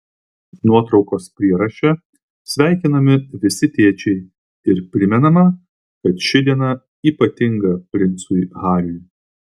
nuotraukos prieraše sveikinami visi tėčiai ir primenama kad ši diena ypatinga princui hariui